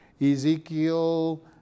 Ezekiel